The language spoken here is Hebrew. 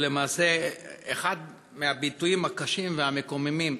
שהוא למעשה אחד הביטויים הקשים והמקוממים